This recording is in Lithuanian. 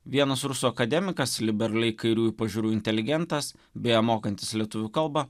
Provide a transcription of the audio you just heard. vienas rusų akademikas liberaliai kairiųjų pažiūrų inteligentas beje mokantis lietuvių kalbą